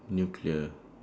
nuclear